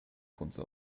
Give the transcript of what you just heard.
kunze